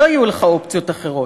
לא יהיו לך אופציות אחרות.